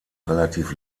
relativ